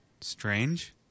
Strange